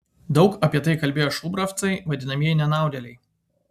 daug apie tai kalbėjo šubravcai vadinamieji nenaudėliai